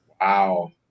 Wow